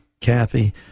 Kathy